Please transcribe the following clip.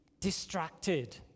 distracted